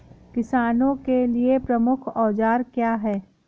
किसानों के लिए प्रमुख औजार क्या हैं?